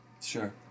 Sure